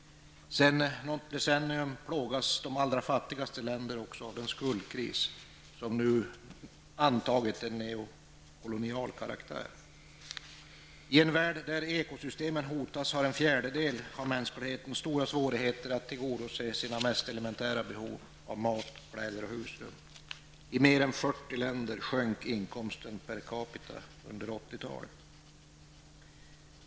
Sedan något decennium tillbaka plågas de allra fattigaste länderna av en skuldkris som har antagit en neokolonial karaktär. I en värld där ekosystemen hotas har en fjärdedel av mänskligheten stora svårigheter att tillgodose sina mest elementära behov av mat, kläder och husrum. I mer än 40 länder sjönk inkomsten per capita under 80-talet.